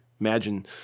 Imagine